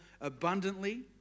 abundantly